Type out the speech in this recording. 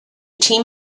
team